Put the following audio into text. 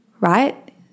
right